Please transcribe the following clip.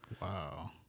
Wow